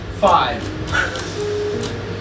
Five